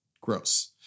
gross